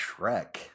Shrek